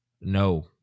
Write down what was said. No